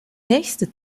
nächste